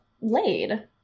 laid